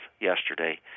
yesterday